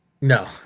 No